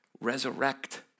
resurrect